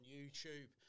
YouTube